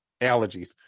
allergies